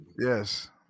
Yes